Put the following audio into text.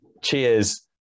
Cheers